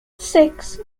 six